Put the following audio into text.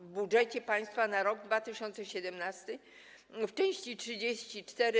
W budżecie państwa na rok 2017 w części 34.